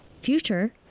future